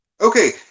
okay